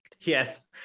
Yes